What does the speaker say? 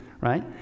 right